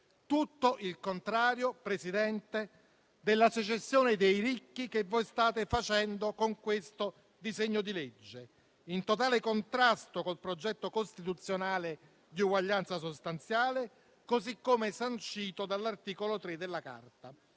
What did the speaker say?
tutto il contrario, Presidente, della secessione dei ricchi che voi state facendo con questo disegno di legge, in totale contrasto col progetto costituzionale di uguaglianza sostanziale, così come sancito dall'articolo 3 della Carta.